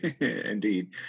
indeed